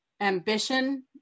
ambition